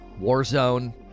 Warzone